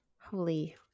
Holy